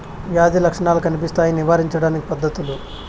వ్యాధి లక్షణాలు కనిపిస్తాయి నివారించడానికి పద్ధతులు?